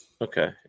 Okay